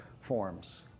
forms